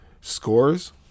scores